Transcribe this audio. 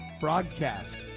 broadcast